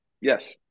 Yes